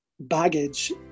baggage